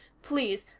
please.